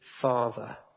father